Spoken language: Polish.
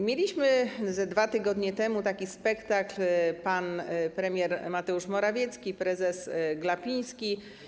Mieliśmy ze 2 tygodnie temu taki spektakl: pan premier Mateusz Morawiecki, prezes Glapiński.